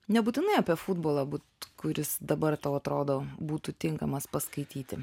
nebūtinai apie futbolą būt kuris dabar tau atrodo būtų tinkamas paskaityti